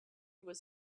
was